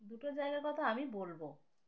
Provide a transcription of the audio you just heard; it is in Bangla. দুটো জায়গার কথা আমি বলবো